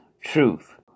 truth